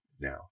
now